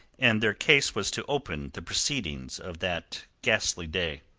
and their case was to open the proceedings of that ghastly day.